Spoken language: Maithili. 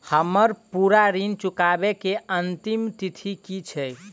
हम्मर पूरा ऋण चुकाबै केँ अंतिम तिथि की छै?